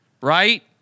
right